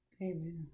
Amen